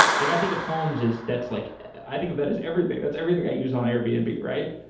like i think of homes is that's like i think of that as everything. that's everything i use on airbnb, right?